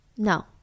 No